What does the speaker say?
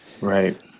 right